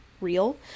real